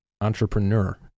entrepreneur